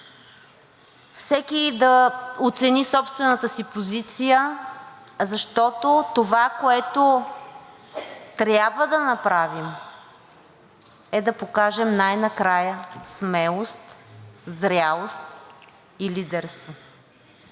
всеки да оцени собствената си позиция, защото това, което трябва да направим, е да покажем най-накрая смелост, зрелост и лидерство.